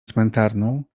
cmentarną